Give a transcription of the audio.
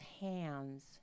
hands